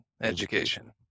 Education